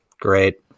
Great